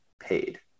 paid